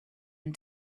and